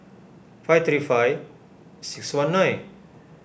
five three five six one nine